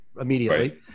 immediately